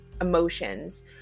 emotions